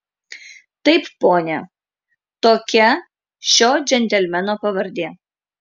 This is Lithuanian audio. taip pone tokia šio džentelmeno pavardė